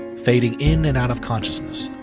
fading in and out of consciousness,